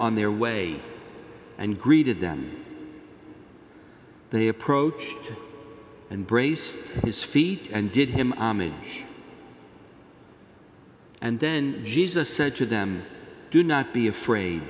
on their way and greeted them they approach and braced his feet and did him and then jesus said to them do not be afraid